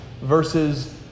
versus